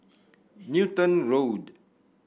Newton Road